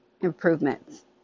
improvements